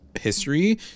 history